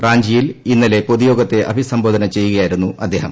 റാഞ്ചിയിൽ ഇന്നലെ പൊതുയോഗത്തെ അഭിസംബോധന ചെയ്യുകയായിരുന്നു അദ്ദേഹം